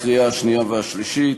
בחודש לבין אלה שמשתכרים 10,000 שקל